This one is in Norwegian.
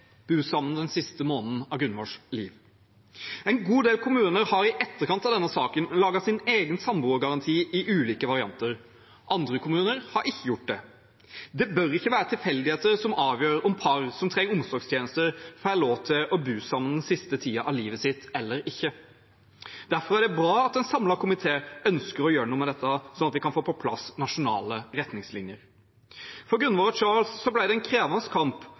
bo sammen den siste måneden av Gunvors liv. En god del kommuner har i etterkant av denne saken laget sin egen samboergaranti i ulike varianter. Andre kommuner har ikke gjort det. Det bør ikke være tilfeldigheter som avgjør om par som trenger omsorgstjenester, får lov til å bo sammen den siste tiden av livet sitt eller ikke. Derfor er det bra at en samlet komité ønsker å gjøre noe med dette, slik at vi kan få på plass nasjonale retningslinjer. For Gunvor og Charles ble det en krevende kamp